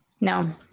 no